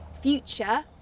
future